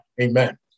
Amen